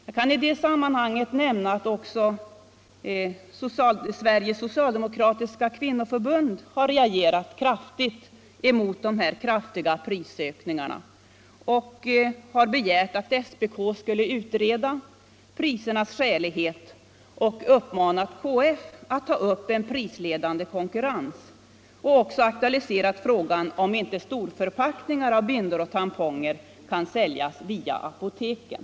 Jag kan i det sammanhanget nämna att också Sveriges socialdemokratiska kvinnoförbund har reagerat — Nr 26 starkt mot de kraftiga prisökningarna och har begärt att SPK skulle utreda Onsdagen den prisernas skälighet. Förbundet har också uppmanat KF att ta upp en 26 februari 1975 prisledande konkurrens samt aktualiserat frågan om inte storförpackningar av bindor och tamponger kan försäljas via apoteken.